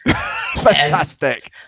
Fantastic